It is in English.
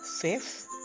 Fifth